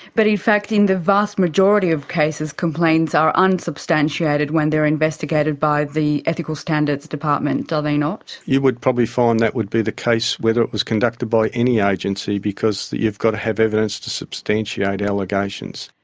but in fact in the vast majority of cases complaints are unsubstantiated when they're investigated by the ethical standards department, are they not? you would probably find that would be the case whether it was conducted by any agency because you've got to have evidence to substantiate allegations.